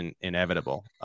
inevitable